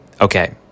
Okay